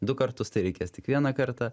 du kartus tai reikės tik vieną kartą